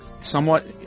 Somewhat